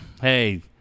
hey